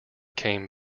came